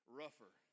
rougher